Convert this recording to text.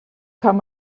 kann